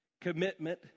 commitment